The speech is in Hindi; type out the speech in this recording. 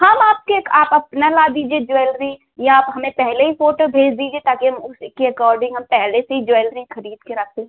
हम आपके एक आप अपना ला दीजिए ज्वेलरी या आप हमें पहले ही फ़ोटो भेज दीजिए ताकि हम उसी के अकोडिंग हम पहले से ही ज्वेलरी खरीद के रख लें